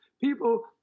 People